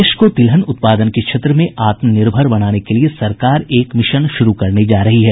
देश के तिलहन उत्पादन के क्षेत्र में आत्मनिर्भर बनाने के लिए सरकार एक मिशन शुरू करने जा रही है